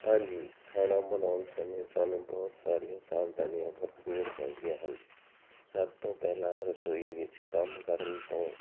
ਹਾਂਜੀ ਖਾਣਾ ਬਣਾਉਣ ਸਮੇਂ ਸਾਨੂੰ ਬਹੁਤ ਸਾਰੀਆਂ ਸਾਵਧਾਨੀਆਂ ਵਰਤਣੀਆਂ ਚਾਹੀਦੀਆਂ ਹਨ ਸਭ ਤੋਂ ਪਹਿਲਾਂ ਰਸੋਈ ਵਿੱਚ ਕੰਮ ਕਰਨ ਤੋਂ